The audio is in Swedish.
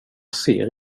ser